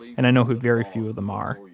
and i know who very few of them are.